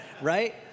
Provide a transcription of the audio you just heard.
right